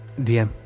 DM